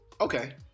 okay